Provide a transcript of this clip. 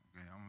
Okay